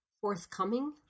forthcoming